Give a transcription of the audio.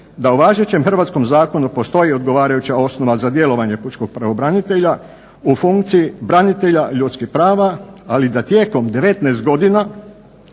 da u važećem hrvatskom zakonu postoji odgovarajuća osnova za djelovanje pučkog pravobranitelja u funkciji branitelja ljudskih prava, ali da tijekom 19 godina